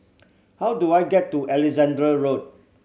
how do I get to Alexandra Road